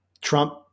Trump